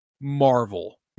marvel